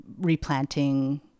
replanting